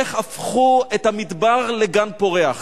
איך הפכו את המדבר לגן פורח.